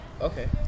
Okay